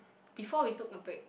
before we took a break